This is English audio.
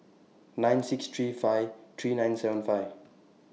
nine six three five three nine seven five